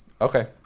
okay